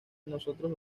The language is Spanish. nosotros